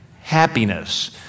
Happiness